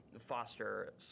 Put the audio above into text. foster